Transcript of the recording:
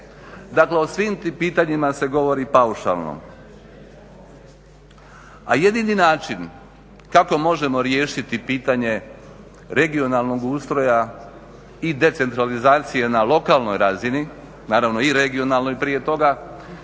Dakle o svim tim pitanjima se govori paušalno. A jedini način kako možemo riješiti pitanje regionalnog ustroja i decentralizacije na lokalnoj razini naravno i regionalnoj prije toga,